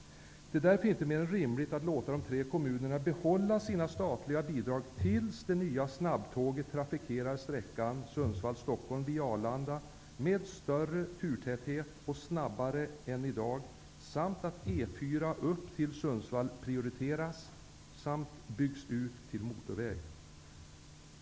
Det är därför inte mer än rimligt att låta de tre kommunerna behålla sina statliga bidrag tills det nya snabbtåget trafikerar sträckan Sundsvall-- Stockholm via Arlanda med större turtäthet och snabbare än i dag samt att prioritera E4 upp till Sundsvall och bygga ut den till motorväg.